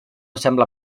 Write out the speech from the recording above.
sembla